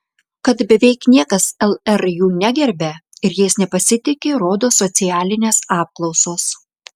kad beveik niekas lr jų negerbia ir jais nepasitiki rodo socialinės apklausos